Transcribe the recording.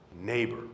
neighbor